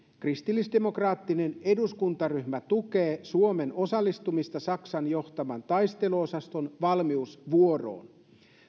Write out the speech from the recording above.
kristillisdemokraattinen eduskuntaryhmä tukee suomen osallistumista saksan johtaman taisteluosaston valmiusvuoroon